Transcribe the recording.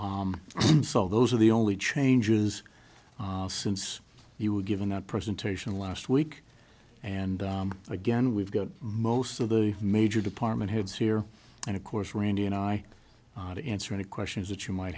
is so those are the only changes since you were given that presentation last week and again we've got most of the major department heads here and of course randy and i did answer any questions that you might